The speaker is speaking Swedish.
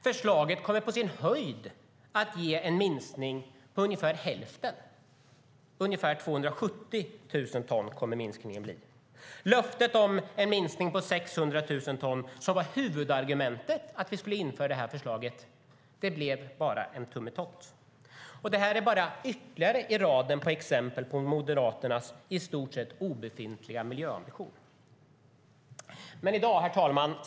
Förslaget kommer på sin höjd att ge en minskning med ungefär hälften, ungefär 270 000 ton. Löftet om en minskning med 600 000 ton, som var huvudargumentet för att införa förslaget, blev bara en tummetott. Detta är bara ytterligare ett exempel i raden på Moderaternas i stort sett obefintliga miljöambition. Herr talman!